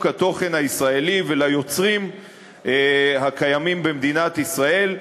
התוכן הישראלי וליוצרים הקיימים במדינת ישראל,